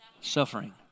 suffering